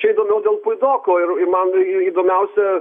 čia įdomiau dėl puidoko ir ir man į įdomiausia